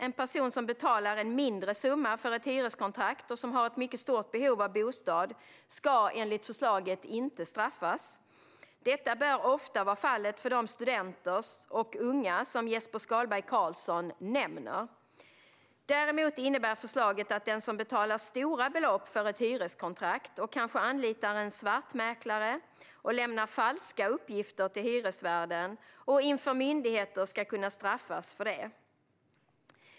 En person som betalar en mindre summa för ett hyreskontrakt och som har ett mycket stort behov av bostad ska enligt förslaget inte straffas. Detta bör ofta vara fallet för de studenter och unga som Jesper Skalberg Karlsson nämner. Däremot innebär förslaget att den som betalar stora belopp för ett hyreskontrakt och kanske anlitar en svartmäklare och lämnar falska uppgifter till hyresvärden och inför myndigheter ska kunna straffas för det.